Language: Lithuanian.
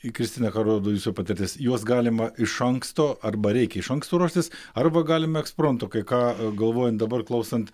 kristina ką rodo jūsų patirtis juos galima iš anksto arba reikia iš anksto ruoštis arba galima ekspromtu kai ką galvojant dabar klausant